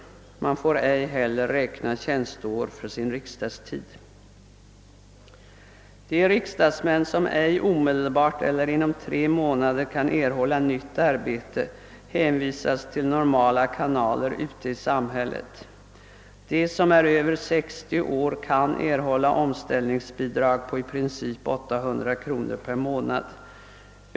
Man får ej heller räkna tjänsteår för sin riksdagstid. De riksdagsmän som ej omedelbart eller inom tre månader kan erhålla nytt arbete hänvisas till normala kanaler ute i samhället. De som är över 60 år gamla kan erhålla omställningsbidrag om i princip 800 kronor per månad.